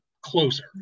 closer